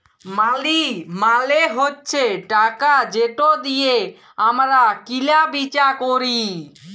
মালি মালে হছে টাকা যেট দিঁয়ে আমরা কিলা বিচা ক্যরি